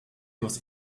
was